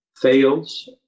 fails